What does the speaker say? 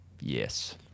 Yes